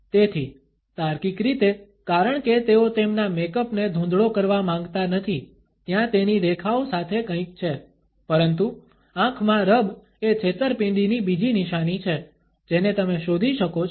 તેથી તાર્કિક રીતે કારણ કે તેઓ તેમના મેકઅપ ને ધૂંધળો કરવા માંગતા નથી ત્યાં તેની રેખાઓ સાથે કંઈક છે પરંતુ આંખમાં રબ એ છેતરપિંડીની બીજી નિશાની છે જેને તમે શોધી શકો છો